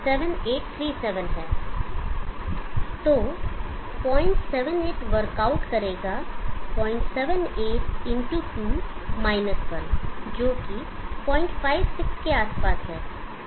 तो 078 वर्कआउट करेगा 078 x 2 1 जो कि 056 के आसपास है